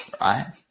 right